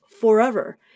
forever